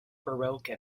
baroque